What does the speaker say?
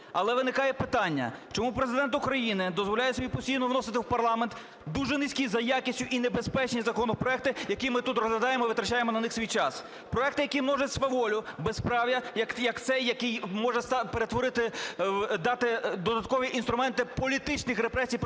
Але виникає питання, чому Президент України дозволяє собі постійно вносити в парламент дуже низькі за якістю і небезпечні законопроекти, які ми тут розглядаємо, витрачаємо на них свій час? Проекти, які множать сваволю, безправ'я, як цей, який може перетворити, дати додаткові інструменти політичних репресій проти